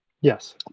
yes